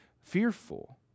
fearful